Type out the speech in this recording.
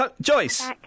Joyce